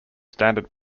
standard